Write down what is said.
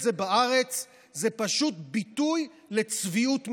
זה בארץ זה פשוט ביטוי לצביעות מכוערת.